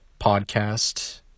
podcast